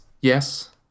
yes